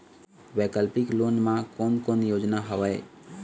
वैकल्पिक लोन मा कोन कोन योजना हवए?